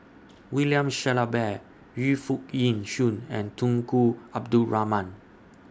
William Shellabear Yu Foo Yee Shoon and Tunku Abdul Rahman